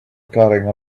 carrying